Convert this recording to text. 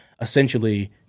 essentially